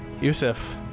Yusuf